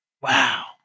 wow